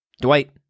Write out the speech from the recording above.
Dwight